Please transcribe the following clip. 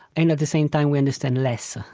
and at the same time we understand less.